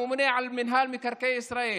הממונה על מינהל מקרקעי ישראל,